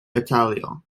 italio